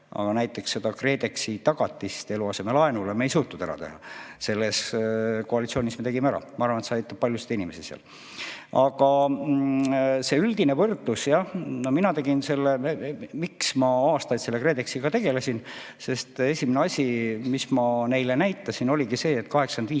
Aga näiteks seda KredExi tagatist eluasemelaenule me ei suutnud ära teha. Selles koalitsioonis me tegime ära. Ma arvan, et see aitab paljusid inimesi seal. Aga see üldine võrdlus, jah. Miks ma aastaid KredExiga tegelesin? Sest esimene asi, mis ma neile näitasin, oligi see, et 85%